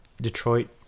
Detroit